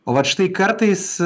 o vat štai kartais